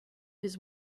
his